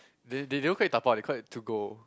they they don't call it dabao they call it to go